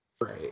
Right